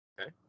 Okay